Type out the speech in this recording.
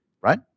right